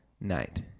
night